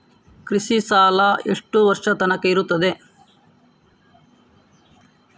ಕೃಷಿ ಸಾಲ ಎಷ್ಟು ವರ್ಷ ತನಕ ಇರುತ್ತದೆ?